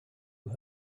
who